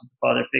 father